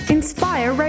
Inspire